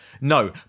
no